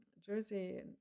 jersey